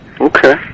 Okay